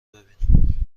ببینم